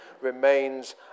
remains